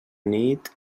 nit